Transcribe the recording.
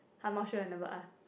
I'm not sure I never ask